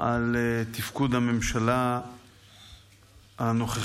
על תפקוד הממשלה הנוכחית